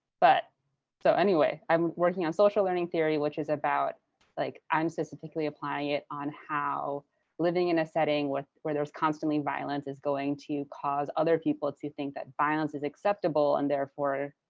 but so anyway, i'm working on social learning theory, which is about like i'm specifically applying it on how living in a setting where there's constantly violence is going to cause other people to think that violence is acceptable and, therefore,